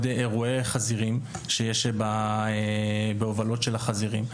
אירועי חזירים שיש בהובלות של החזירים,